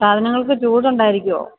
സാധനങ്ങൾക്ക് ചൂട് ഉണ്ടായിരിക്കുമോ